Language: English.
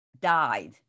died